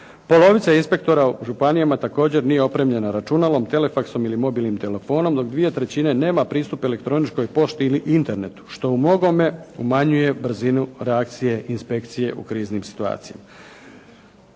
Polovica inspektora u županijama također nije opremljena računalom, telefaksom ili mobilnim telefonom dok dvije trećine nema pristup elektroničkoj pošti ili internetu što u mnogome umanjuje brzinu reakcije inspekcije u kriznim situacijama.